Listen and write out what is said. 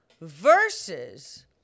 Versus